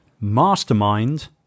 mastermind